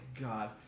God